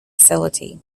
facility